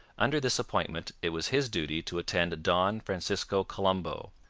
under this appointment it was his duty to attend don francisco colombo,